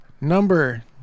Number